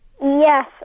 Yes